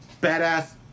badass